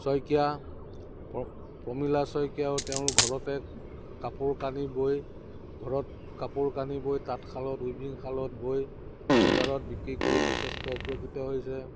শইকীয়া প্ৰমিলা শইকীয়াও তেওঁৰ ঘৰতে কাপোৰ কানি বৈ ঘৰত কাপোৰ কানি বৈ তাঁতশালত ৱিভিংশালত বৈ বজাৰত বিক্ৰী কৰি যথেষ্ট উপকৃত হৈছে